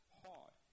hard